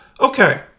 Okay